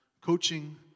coaching